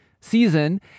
season